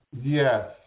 Yes